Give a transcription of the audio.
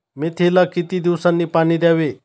मेथीला किती दिवसांनी पाणी द्यावे?